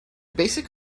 basic